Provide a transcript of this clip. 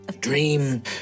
dream